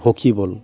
hockey बल